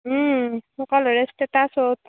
সকলোৰে ষ্টেটাছ'ত